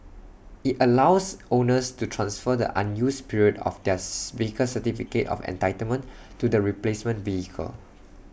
IT allows owners to transfer the unused period of theirs vehicle's certificate of entitlement to the replacement vehicle